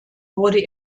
wurde